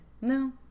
no